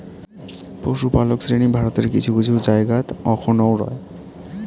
পশুপালক শ্রেণী ভারতের কিছু কিছু জায়গাত অখনও রয়